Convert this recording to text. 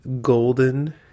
golden